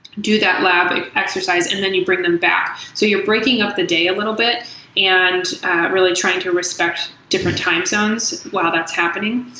do that lab exercises and then you bring them back. so you're breaking up the day a little bit and really trying to respect different time zones while that's happening.